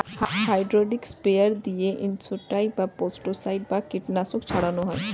hydraulic sprayer দিয়ে insecticide, pesticide বা কীটনাশক ছড়ান হয়